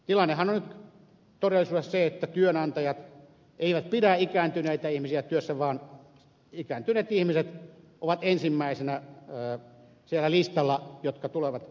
tilannehan on nyt todellisuudessa se että työnantajat eivät pidä ikääntyneitä ihmisiä työssä vaan ikääntyneet ihmiset ovat ensimmäisenä sillä listalla jotka tulevat lopputilin saamaan